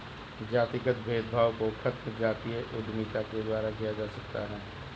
जातिगत भेदभाव को खत्म जातीय उद्यमिता के द्वारा किया जा सकता है